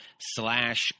slash